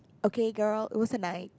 okay girl it was at night